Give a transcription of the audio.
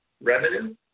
revenue